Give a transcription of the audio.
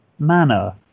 manner